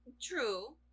true